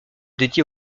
dédié